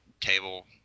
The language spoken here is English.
table